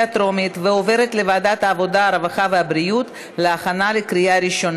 לוועדת העבודה, הרווחה והבריאות, נתקבלה.